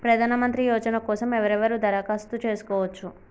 ప్రధానమంత్రి యోజన కోసం ఎవరెవరు దరఖాస్తు చేసుకోవచ్చు?